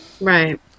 right